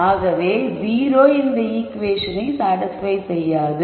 ஆகவே 0 இந்த ஈகுவேஷனை சாடிஸ்பய் செய்யாது